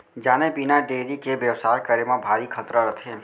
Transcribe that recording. जाने बिना डेयरी के बेवसाय करे म भारी खतरा रथे